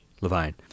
Levine